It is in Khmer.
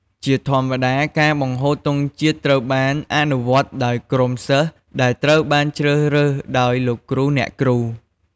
ជាធម្មតា ការបង្ហូតទង់ជាតិត្រូវបានអនុវត្តដោយ ក្រុមសិស្សដែលត្រូវបានជ្រើសរើសដោយលោកគ្រូអ្នកគ្រូ។